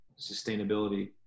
sustainability